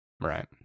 Right